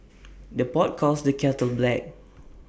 the pot calls the kettle black